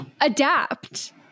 Adapt